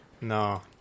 No